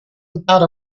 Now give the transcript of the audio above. without